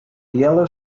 yellow